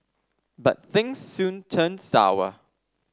but things soon turned sour